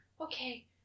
Okay